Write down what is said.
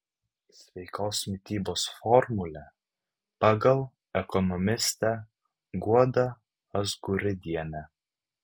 sveikos mitybos formulė pagal ekonomistę guodą azguridienę